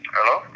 Hello